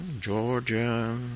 Georgia